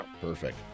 Perfect